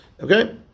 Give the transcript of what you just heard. Okay